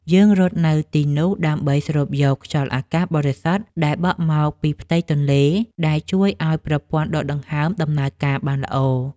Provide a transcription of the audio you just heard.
យើងរត់នៅទីនោះដើម្បីស្រូបយកខ្យល់អាកាសបរិសុទ្ធដែលបក់មកពីផ្ទៃទន្លេ ដែលជួយឱ្យប្រព័ន្ធដកដង្ហើមដំណើរការបានល្អ។